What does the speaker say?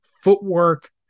footwork